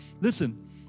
Listen